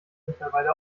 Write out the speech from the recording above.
mittlerweile